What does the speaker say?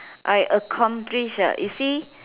I accomplish ah you see